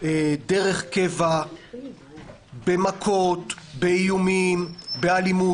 דרך קבע במכות, באיומים, באלימות.